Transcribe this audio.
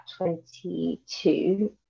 22